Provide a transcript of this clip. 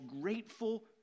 grateful